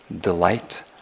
delight